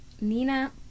Nina